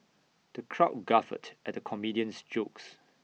the crowd guffawed at the comedian's jokes